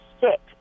sick